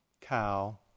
cow